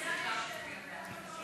ועדת הפנים והגנת הסביבה בדבר